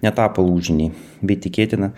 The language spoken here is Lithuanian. netapo lūžiniai bet tikėtina